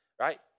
right